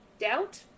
doubt